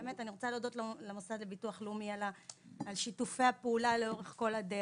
אני רוצה באמת להודות לביטוח הלאומי על שיתופי הפעולה לכל אורך הדרך,